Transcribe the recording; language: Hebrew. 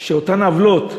שאותן עוולות,